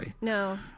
No